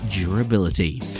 durability